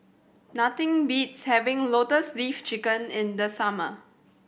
nothing beats having Lotus Leaf Chicken in the summer